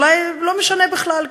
זה אולי לא משנה בכלל.